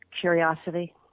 Curiosity